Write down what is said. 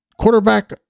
quarterback